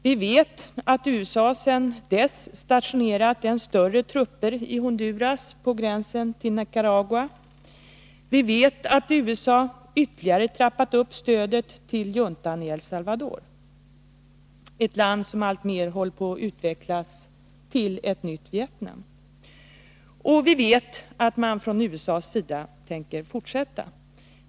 Vi vet att USA sedan dess stationerat än större trupper i Honduras på gränsen till Nicaragua. Vi vet att USA ytterligare trappat upp stödet till juntan i El Salvador, ett land som alltmer håller på att utvecklas till ett nytt Vietnam. Vi vet att man från USA:s sida tänker fortsätta.